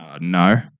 No